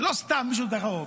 לא סתם מישהו נותן לך חוק.